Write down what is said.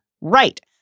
right